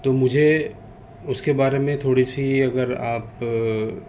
تو مجھے اس کے بارے میں تھوڑی سی اگر آپ